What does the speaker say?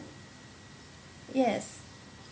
yes